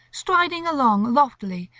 striding along loftily,